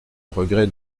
regret